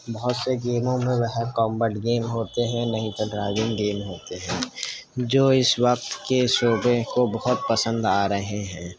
بہت سے گیموں میں وہ کمبرڈ گیم ہوتے ہیں نہیں تو ڈرائیونگ گیم ہوتے ہیں جو اس وقت کے شعبے کو بہت پسند آ رہے ہیں